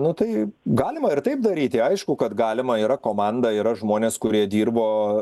nu tai galima ir taip daryti aišku kad galima yra komanda yra žmonės kurie dirbo